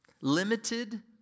Limited